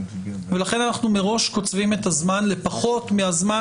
לכן אנחנו מראש קוצבים את הזמן לפחות מהזמן